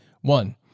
One